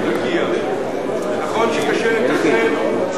נכון שקשה לתכנן באמצע כפר,